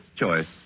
choice